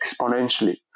exponentially